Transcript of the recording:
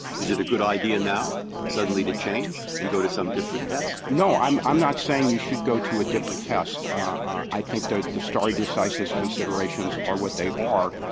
is it a good idea now suddenly to change and go to some different test? gornstein no. i'm i'm not saying you should go to a different test. i think that the stare decisis considerations are what they are.